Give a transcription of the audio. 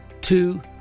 two